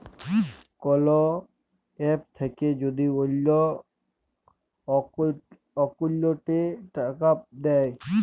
call app থাক্যে যদি অল্লো অকৌলটে টাকা দেয়